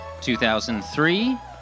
2003